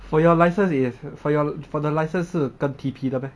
for your licence 也 for your for the licence 是跟 T_P 的 meh